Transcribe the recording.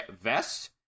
vest